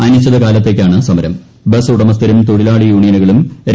അനിശ്ചിതകാലത്തേക്കാണ് bus ഉടമസ്ഥരും തൊഴിലാളി യൂണിയനുകളും സമരം